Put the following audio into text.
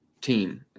team